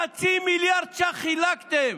חצי מיליארד ש"ח חילקתם.